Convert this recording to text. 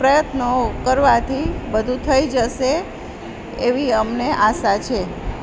પ્રયત્નો કરવાથી બધુ થઈ જશે એવી અમને આશા છે